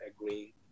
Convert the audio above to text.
agree